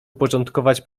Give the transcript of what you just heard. uporządkować